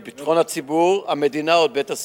את ביטחון הציבור, המדינה או את בית-הסוהר,